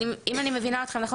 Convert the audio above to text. אם אני מבינה אתכם נכון,